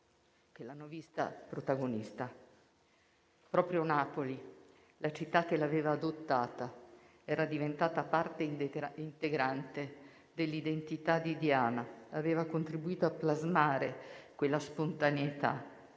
che l'hanno vista protagonista. Proprio Napoli, la città che l'aveva adottata, era diventata parte integrante dell'identità di Diana; aveva contribuito a plasmare quella spontaneità